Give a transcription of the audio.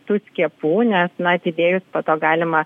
tų skiepų nes na atidėjus po to galima